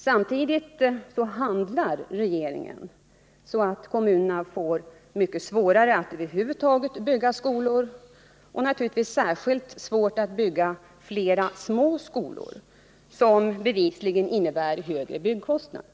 Samtidigt handlar regeringen så, att kommunerna får det mycket svårare att över huvud taget bygga skolor. Naturligtvis blir det särskilt svårt att bygga fler små skolor, vilket bevisligen innebär en högre byggkostnad.